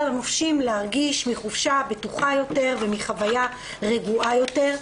לנופשים להרגיש בחופשה בטוחה יותר ומחוויה רגועה יותר.